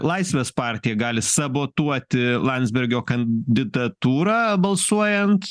laisvės partija gali sabotuoti landsbergio kandidatūrą balsuojant